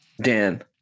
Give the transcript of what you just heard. Dan